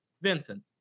Vincent